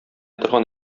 торган